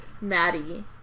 Maddie